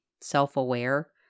self-aware